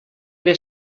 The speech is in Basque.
ere